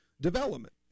development